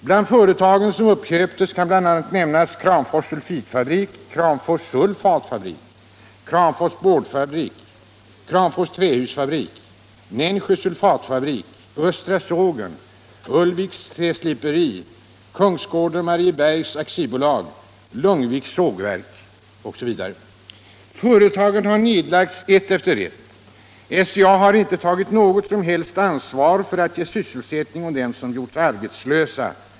Bland företagen som uppköptes kan nämnas Kramfors Sulfitfabrik, Kramfors Sulfatfabrik, Kramfors Boardfabrik, Kramfors Trähusfabrik, Nensjö Sulfatfabrik, Östra Sågen, Ulvviks Träsliperi, Kungsgården-Mariebergs AB och Lugnviks Sågverk. Företagen har nedlagts ett efter ett. SCA har inte tagit något som helst ansvar för att ge sysselsättning åt dem som gjorts arbetslösa.